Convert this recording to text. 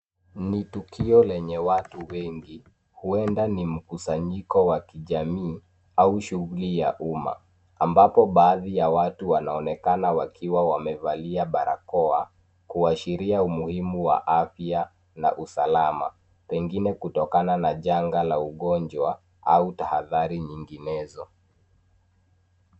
Ni tukio lenye watu wengi huenda ni mkusanyiko wa kijamii au shughuli ya umma ambapo baadhi ya watu wanaonekana wakiwa wamevalia barakoa kuashiria umuhimu wa afya na usalama, pengine kutokana na janga la ugonjwa au tahadhari nyinginezo.